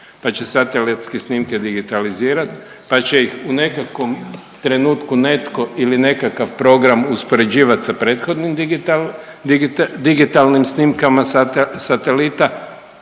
pa će satelitske snimke digitalizirat, pa će ih u nekakvom trenutku netko ili nekakav program uspoređivati sa prethodnim digitalnim snimkama satelita.